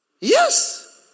Yes